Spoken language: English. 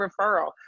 referral